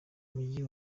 umujyi